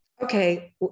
okay